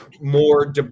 more